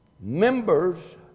Members